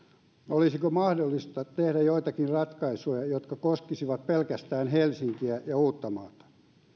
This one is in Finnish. olisiko mahdollista tehdä joitakin ratkaisuja jotka koskisivat pelkästään helsinkiä ja uuttamaata